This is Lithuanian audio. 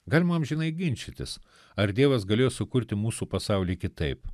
galima amžinai ginčytis ar dievas galėjo sukurti mūsų pasaulį kitaip